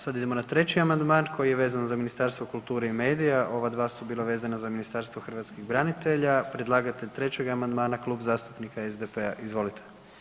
Sad idemo na 3. amandman koji je vezan za Ministarstvo kulture i medija, ova dva su bila vezana za Ministarstvo hrvatskih branitelja, predlagatelj 3. amandmana, Klub zastupnika SDP-a, izvolite.